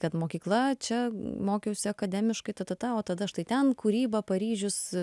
kad mokykla čia mokiausi akademiškai ta ta ta o tada štai ten kūryba paryžius